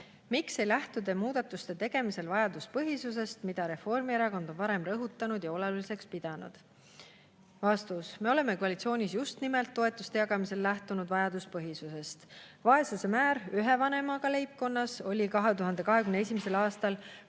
"Miks ei lähtu Te muudatuste tegemisel vajaduspõhisusest, mida Reformierakond on varem rõhutanud ja oluliseks pidanud?" Vastus. Me oleme koalitsioonis just nimelt toetuste jagamisel lähtunud vajaduspõhisusest. Vaesuse määr ühe vanemaga leibkonnas oli 2021. aastal